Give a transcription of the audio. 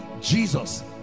Jesus